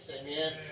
Amen